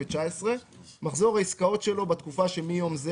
מחזור העסקאות כמפורט